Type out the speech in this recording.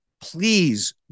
Please